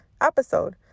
episode